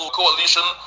coalition